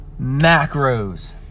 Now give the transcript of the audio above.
macros